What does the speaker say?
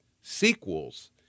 sequels